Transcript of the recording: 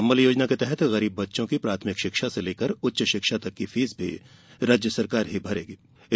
संबल योजना के तहत गरीब बच्चों की प्राथमिक शिक्षा से लेकर उच्च शिक्षा तक की फीस भी राज्य सरकार ही भरगी है